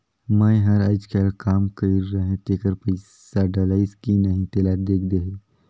मै हर अईचकायल काम कइर रहें तेकर पइसा डलाईस कि नहीं तेला देख देहे?